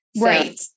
Right